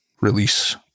release